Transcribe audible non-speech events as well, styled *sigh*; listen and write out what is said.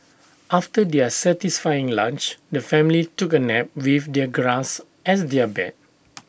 after their satisfying lunch the family took A nap with the grass as their bed *noise*